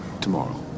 tomorrow